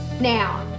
Now